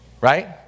right